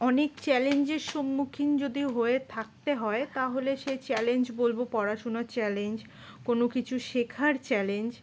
অনেক চ্যালেঞ্জের সম্মুখীন যদি হয়ে থাকতে হয় তাহলে সেই চ্যালেঞ্জ বলবো পড়াশুনার চ্যালেঞ্জ কোনো কিছু শেখার চ্যালেঞ্জ